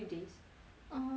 err six days